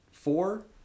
four